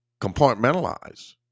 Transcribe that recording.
compartmentalize